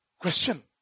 Question